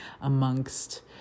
amongst